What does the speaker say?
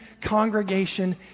congregation